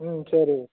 ம் சரி